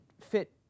fit